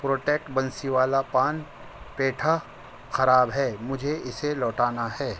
protect Bansi والا پان پیٹھا خراب ہے مجھے اسے لوٹانا ہے